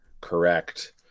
correct